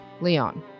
Leon